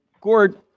Gord